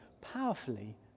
powerfully